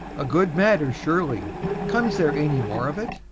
a good matter, surely comes there any more of it?